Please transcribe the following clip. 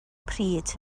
pryd